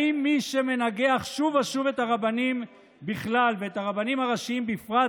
האם מי שמנגח שוב ושוב את הרבנים בכלל ואת הרבנים הראשיים בפרט